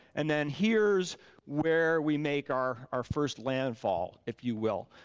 and then here's where we make our our first landfall, if you will.